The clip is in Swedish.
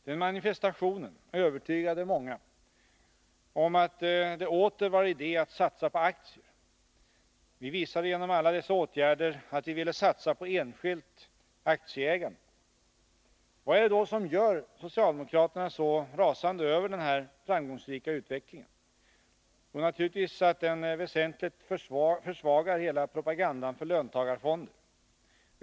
Den manifestationen övertygade många om att det åter var idé att satsa på aktier. Vi visade genom alla dessa åtgärder att vi ville satsa på enskilt aktieägande. Vad är det då som gör socialdemokraterna så rasande över den här framgångsrika utvecklingen? Jo, naturligtvis att den väsentligt försvagar hela propagandan för löntagarfonder.